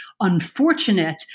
unfortunate